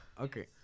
okay